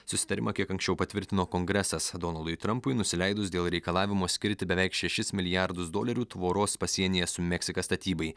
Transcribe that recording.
susitarimą kiek anksčiau patvirtino kongresas donaldui trampui nusileidus dėl reikalavimo skirti beveik šešis milijardus dolerių tvoros pasienyje su meksika statybai